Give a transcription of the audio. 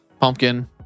Pumpkin